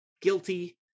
guilty